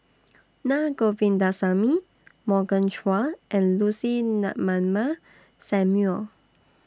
Naa Govindasamy Morgan Chua and Lucy Ratnammah Samuel